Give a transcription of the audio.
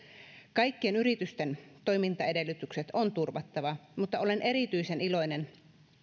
kaikkien yritysten toimintaedellytykset on turvattava mutta olen erityisen iloinen